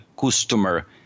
customer